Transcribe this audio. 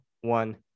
one